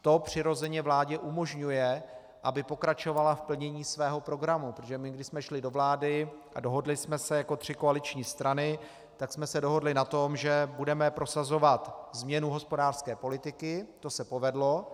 To přirozeně vládě umožňuje, aby pokračovala v plnění svého programu, protože my, když jsme šli do vlády a dohodli jsme se jako tři koaliční strany, tak jsme se dohodli na tom, že budeme prosazovat změnu hospodářské politiky, to se povedlo.